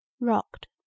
rocked